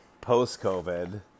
post-COVID